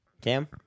Cam